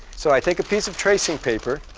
so i take a piece of tracing paper